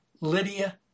Lydia